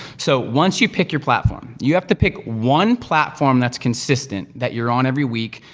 so, once you pick your platform, you have to pick one platform that's consistent, that you're on every week,